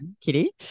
kitty